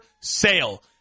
sale